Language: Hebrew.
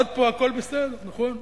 עד פה הכול בסדר, נכון.